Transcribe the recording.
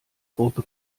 gruppe